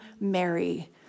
Mary